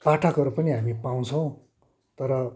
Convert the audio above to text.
पाठकहरू पनि हामी पाउछौँ तर